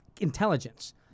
Intelligence